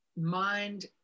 mind